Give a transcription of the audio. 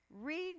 Read